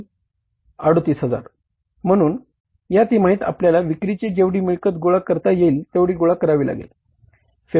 38000 म्हणून या तिमाहीत आपल्याला विक्रीची जेवढी मिळकत गोळा करता येईल तेवढी गोळा करावी लागेल